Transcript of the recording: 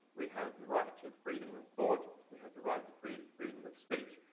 we have the right to freedom of thought, we have the right to freedom freedom of speech.